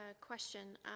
question